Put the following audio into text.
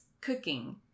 cooking